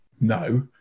no